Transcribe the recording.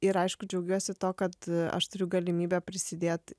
ir aišku džiaugiuosi tuo kad aš turiu galimybę prisidėt